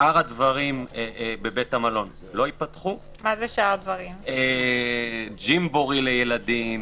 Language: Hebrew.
שאר הדברים בבתי המלון לא ייפתחו ג'ימבורי לילדים,